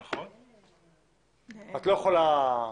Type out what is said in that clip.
איך הוא יודע את הוראות החוק?